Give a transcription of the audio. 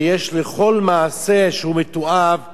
שיש לכל מעשה שהוא מתועב,